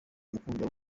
mukunda